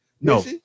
No